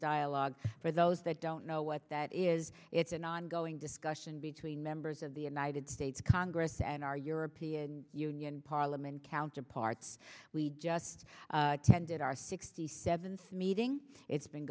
dialogue for those that don't know what that is it's an ongoing discussion between members of the united states congress and our european union parliament counterparts we just tended our sixty seventh meeting it's been